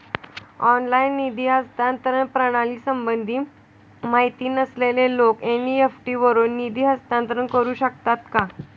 Online निधी हस्तांतरण प्रणालीसंबंधी माहिती नसलेले लोक एन.इ.एफ.टी वरून निधी हस्तांतरण करू शकतात का?